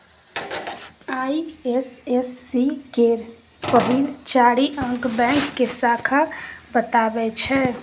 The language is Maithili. आइ.एफ.एस.सी केर पहिल चारि अंक बैंक के शाखा बताबै छै